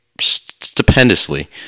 stupendously